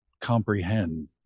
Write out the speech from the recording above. comprehend